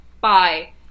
Bye